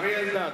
אריה אלדד.